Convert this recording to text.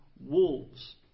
wolves